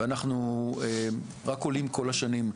ואנחנו רק עולים כל השנים.